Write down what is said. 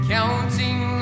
Counting